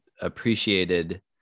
appreciated